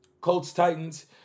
Colts-Titans